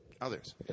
Others